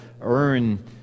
earn